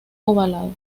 ovalado